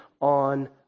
on